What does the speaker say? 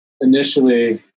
initially